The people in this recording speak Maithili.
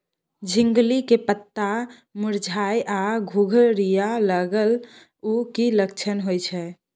झिंगली के पत्ता मुरझाय आ घुघरीया लागल उ कि लक्षण होय छै?